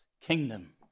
kingdom